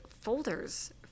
folders